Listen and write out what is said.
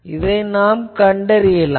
இதை நாம் கண்டறியலாம்